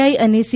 I અને C